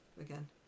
again